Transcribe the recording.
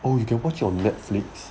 oh you can watch on netflix